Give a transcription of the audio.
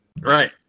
Right